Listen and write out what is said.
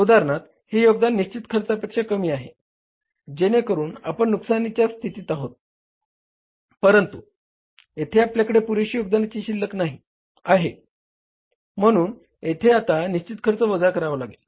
उदाहरणार्थ हे योगदान निश्चित खर्चापेक्षा कमी आहे जेणेकरून आपण नुकसानीच्या स्थितीत आहोत परंतु येथे आपल्याकडे पुरेशी योगदानाची शिल्लक आहे म्हणून यथे आता निश्चित खर्च वजा करावा लागेल